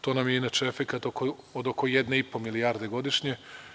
To nam je, inače, efekat od oko 1,5 milijarde godišnje.